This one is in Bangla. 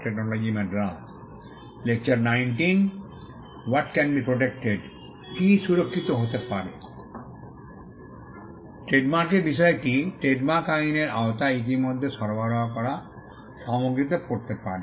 ট্রেডমার্কের বিষয়টি ট্রেডমার্ক আইনের আওতায় ইতিমধ্যে সরবরাহ করা সামগ্রীতে পড়তে পারে